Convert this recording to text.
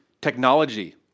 technology